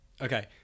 okay